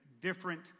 different